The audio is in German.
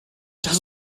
das